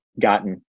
gotten